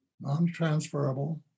non-transferable